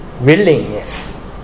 willingness